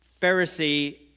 Pharisee